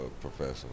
professional